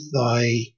thy